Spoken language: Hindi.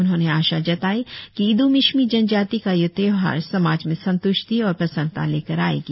उन्होंने आशा जताई कि इड़ू मिश्मी जनजाती का यह त्योहार समाज में संत्ष्टि और प्रसन्नता लेकर आएगी